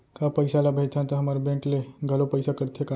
का पइसा ला भेजथन त हमर बैंक ले घलो पइसा कटथे का?